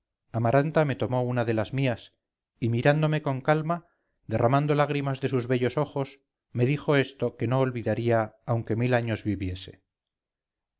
amaranta me tomó una de las mías y mirándome con calma derramando lágrimas de sus bellos ojos me dijo esto que no olvidaría aunque mil años viviese